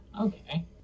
okay